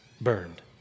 burned